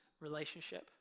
Relationship